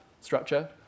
structure